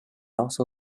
also